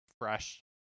fresh